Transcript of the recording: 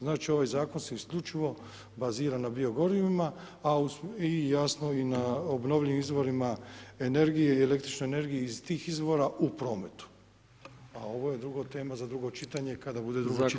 Znači, ovaj Zakon se isključivo bazira na bio gorivima i jasno i na obnovljivim izvorima energije i električnoj energiji iz tih izvora u prometu, a ovo je drugo tema za drugo čitanje, kada bude drugo čitanje.